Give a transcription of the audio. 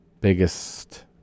biggest